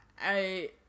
I-